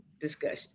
discussion